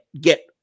get